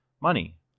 money